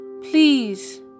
please